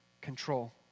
control